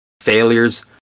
failures